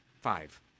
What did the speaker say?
Five